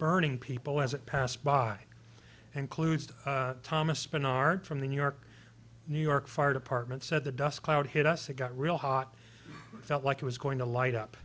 burning people as it passed by includes thomas menard from the new york new york fire department said the dust cloud hit us it got real hot felt like it was going to light up